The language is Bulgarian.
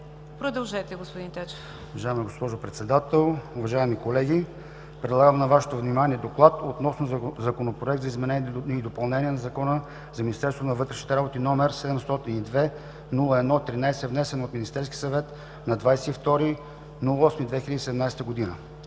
Продължете, господин Тачев.